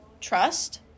trust